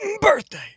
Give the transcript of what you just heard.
birthday